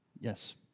Yes